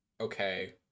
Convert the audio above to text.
okay